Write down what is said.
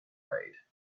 raid